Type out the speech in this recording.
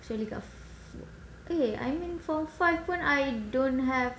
actually kat okay I mean form five pun I don't have